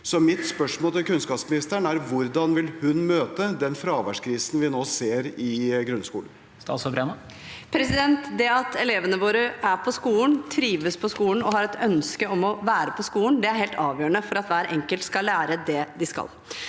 Så mitt spørsmål til kunnskapsministeren er hvordan hun vil møte den fraværskrisen vi nå ser i grunnskolen. Statsråd Tonje Brenna Det at elevene våre er på skolen, trives på skolen og har et ønske om å være på skolen, er helt avgjørende for at hver enkelt skal lære det de skal.